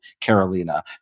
Carolina